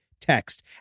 text